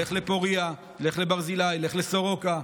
לך לפוריה, לך לברזילי, לך לסורוקה.